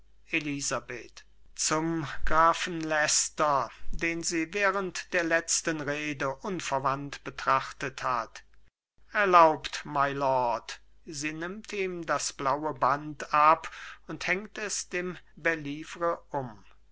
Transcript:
elisabeth zum grafen leicester den sie während der letzten rede unverwandt betrachtet hat erlaubt mylord sie nimmt ihm das blaue band ab und hängt es dem bellievre um